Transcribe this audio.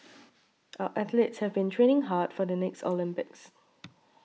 our athletes have been training hard for the next Olympics